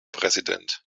präsident